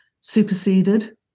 superseded